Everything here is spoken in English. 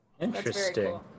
interesting